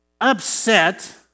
upset